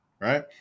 right